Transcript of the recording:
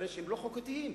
והתברר שהם לא חוקתיים,